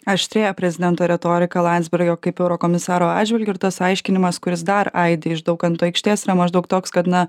aštrėja prezidento retorika landsbergio kaip eurokomisaro atžvilgiu ir tas aiškinimas kuris dar aidi iš daukanto aikštės yra maždaug toks kad na